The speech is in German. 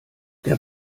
der